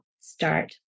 Start